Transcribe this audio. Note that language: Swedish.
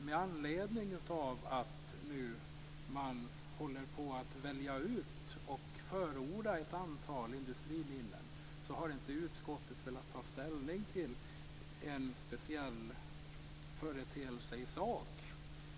Med anledning av att man nu håller på att välja ut och förorda ett antal industriminnen har utskottet inte velat ta ställning till en speciell företeelse i sak.